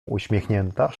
uśmiechnięta